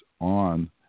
on